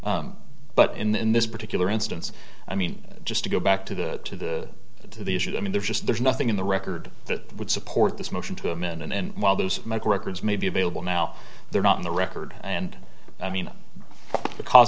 for but in this particular instance i mean just to go back to the to the to the issue i mean there's just there's nothing in the record that would support this motion to him in and while those records may be available now they're not in the record and i mean because